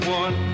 one